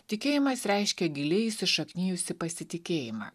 tikėjimas reiškia giliai įsišaknijusį pasitikėjimą